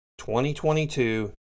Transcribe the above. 2022